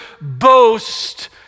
boast